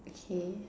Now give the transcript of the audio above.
okay